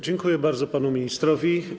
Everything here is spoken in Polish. Dziękuję bardzo panu ministrowi.